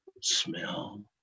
smell